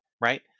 right